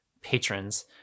patrons